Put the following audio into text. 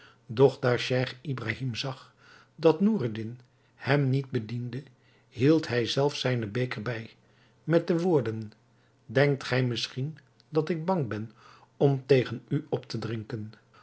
daar scheich ibrahim zag dat noureddin hem niet bediende hield hij zelf zijnen beker bij met de woorden denkt gij misschien dat ik bang ben om tegen u op te drinken